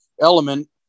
element